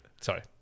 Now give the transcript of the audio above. Sorry